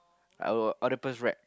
I will octopus wrap